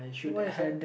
why sia